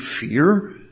fear